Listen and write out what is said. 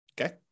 okay